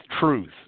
truth